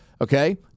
Okay